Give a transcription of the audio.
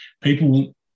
people